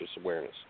awareness